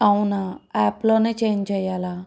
అవునా యాప్లోనే చేంజ్ చెయ్యాలా